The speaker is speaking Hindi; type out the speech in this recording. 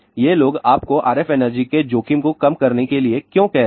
ये लोग आपको RF एनर्जी के जोखिम को कम करने के लिए क्यों कह रहे हैं